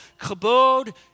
Kabod